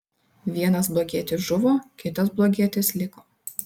vienas blogietis žuvo kitas blogietis liko